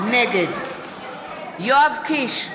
נגד יואב קיש,